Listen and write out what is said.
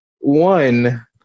One